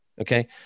okay